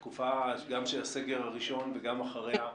גם בתקופה של הסגר הראשון וגם אחריה,